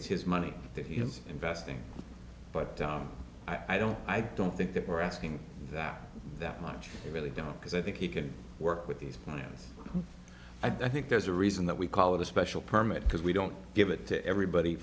it's his money that he is investing but i don't i don't think that we're asking that that much they really don't because i think he can work with these plans i think there's a reason that we call it a special permit because we don't give it to everybody